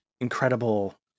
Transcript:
incredible